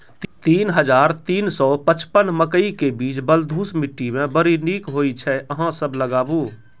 तीन हज़ार तीन सौ पचपन मकई के बीज बलधुस मिट्टी मे बड़ी निक होई छै अहाँ सब लगाबु?